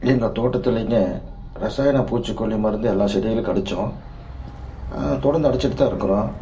எங்கள் தோட்டத்துலைங்க இரசாயன பூச்சிக்கொல்லி மருந்து எல்லா செடிகளுக்கும் அடிச்சோம் தொடர்ந்து அடிச்சிக்கிட்டு தான் இருக்கிறோம்